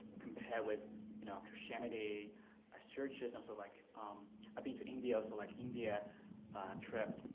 compare with in our christianity as churches. and so like i've been to india, so like india trip,